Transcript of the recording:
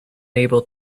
able